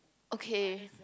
okay